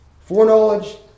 foreknowledge